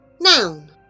Noun